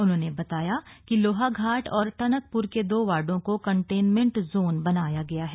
उन्होंने बताया कि लोहाघाट और टनकप्र के दो वार्डों को कंटेंनमेंट जोन बनाया गया है